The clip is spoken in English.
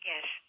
Yes